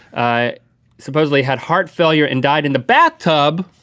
ah supposedly had heart failure and died in the bathtub.